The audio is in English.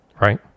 right